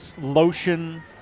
lotion